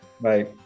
Bye